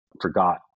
forgot